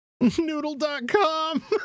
Noodle.com